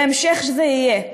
בהמשך זה יהיה.